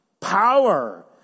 Power